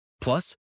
Plus